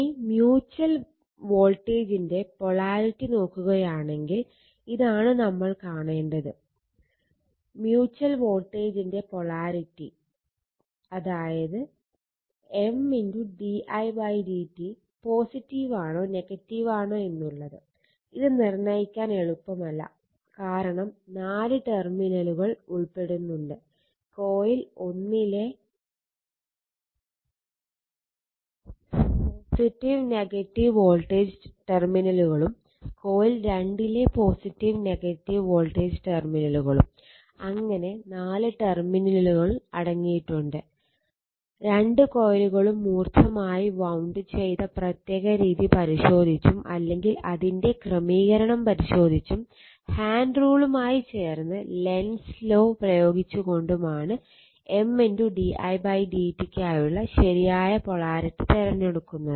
ഇനി മ്യൂച്വൽ വോൾട്ടേജിന്റെ പോളാരിറ്റി നോക്കുകയാണെങ്കിൽ ഇതാണ് നമ്മൾ കാണേണ്ടത് മ്യൂച്വൽ വോൾട്ടേജിന്റെ പോളാരിറ്റി പ്രയോഗിച്ചുകൊണ്ടുമാണ് M di dt ക്കായുള്ള ശരിയായ പൊളാരിറ്റി തിരഞ്ഞെടുക്കുന്നത്